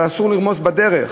אבל אסור לרמוס בדרך.